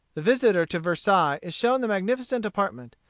the visitor to versailles is shown the magnificent apartment,